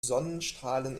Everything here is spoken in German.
sonnenstrahlen